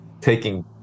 taking